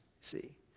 See